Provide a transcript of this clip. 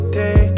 day